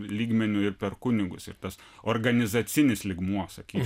lygmeniu ir per kunigus ir tas organizacinis lygmuo sakysim